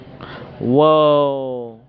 Whoa